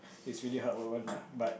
he's really heart lah but